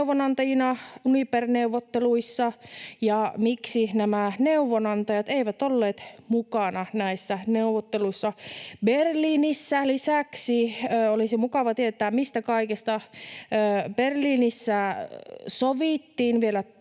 neuvonantajina Uniper-neuvotteluissa ja miksi nämä neuvonantajat eivät olleet mukana näissä neuvotteluissa Berliinissä. Lisäksi olisi mukava tietää, mistä kaikesta Berliinissä sovittiin